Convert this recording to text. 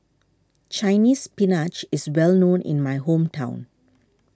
Chinese Spinach is well known in my hometown